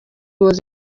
was